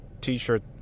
t-shirt